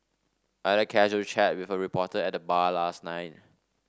I had a casual chat with a reporter at the bar last night